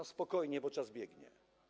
Spokojnie, bo czas biegnie.